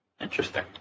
Interesting